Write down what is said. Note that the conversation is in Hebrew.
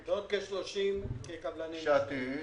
ועוד כ-30 קבלני משנה.